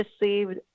received